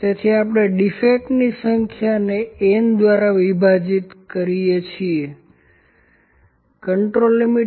તેથી આપણે ડીફેક્ટની સંખ્યા ને n દ્વારા વિભાજીત કરીએ છીએ